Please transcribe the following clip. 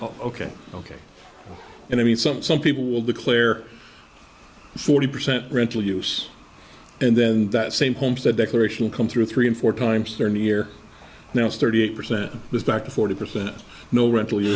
ok ok and i mean some some people will declare a forty percent rental use and then that same homestead declaration comes through three and four times a year now it's thirty eight percent of this back to forty percent no rental